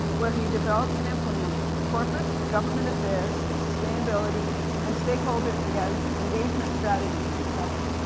where he develops and implements, corporate, government affairs, sustainability and stakeholder engagement engagement strategies. welcome.